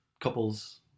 couples